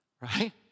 right